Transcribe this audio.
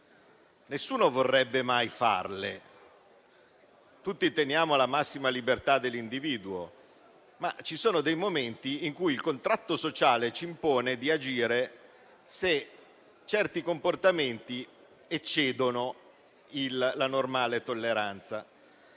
nessuno vorrebbe mai farle, tenendo tutti alla massima libertà dell'individuo, ma ci sono dei momenti in cui il contratto sociale ci impone di agire se certi comportamenti eccedono la normale tolleranza.